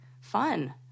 Fun